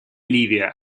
ливия